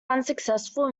unsuccessful